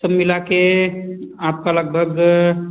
सब मिला के आपका लगभग